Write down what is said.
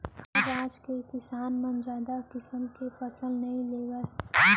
हमर राज के किसान मन जादा किसम के फसल नइ लेवय